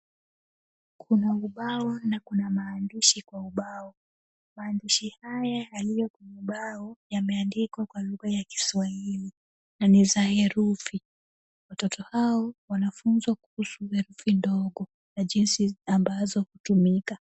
Kuna ubao na kuna maandishi kwa ubao. Maandishi haya yaliyo kwa ubao yameandikwa kwa lugha ya Kiswahili na ni za herufi. Watoto hao wanafunzwa kuhusu herufi ndogo na jinsi ambazo hutumika.